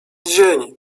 dzień